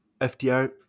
FDR